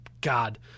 God